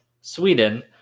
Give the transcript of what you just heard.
Sweden